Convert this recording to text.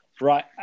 Right